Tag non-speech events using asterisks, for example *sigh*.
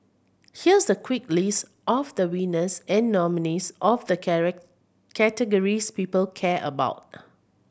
here's the quick list of the winners and nominees of the *unintelligible* categories people care about